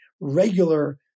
regular